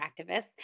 activists